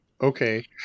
Okay